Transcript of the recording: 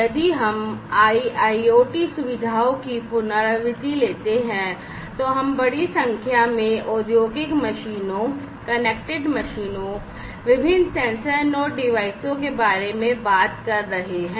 यदि हम IIoT सुविधाओं की पुनरावृत्ति लेते हैं तो हम बड़ी संख्या में औद्योगिक मशीनों कनेक्टेड मशीनों विभिन्न सेंसर नोड डिवाइसों के बारे में बात कर रहे हैं